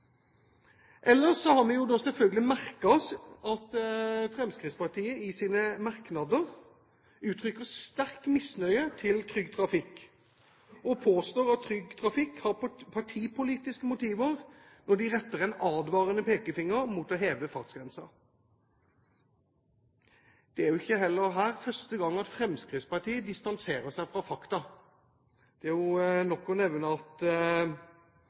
Ellers har vi selvfølgelig merket oss at Fremskrittspartiet i sine merknader uttrykker sterk misnøye med Trygg Trafikk. De påstår at Trygg Trafikk har partipolitiske motiver og retter en advarende pekefinger mot å heve fartsgrensen. Dette er ikke første gang Fremskrittspartiet distanserer seg fra fakta. Det er nok å nevne at